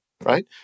right